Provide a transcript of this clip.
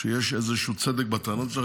שיש איזשהו צדק בטענות לדברים,